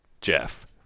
Jeff